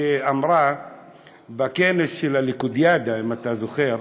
שאמרה בכנס של הליכודיאדה, אם אתה זוכר,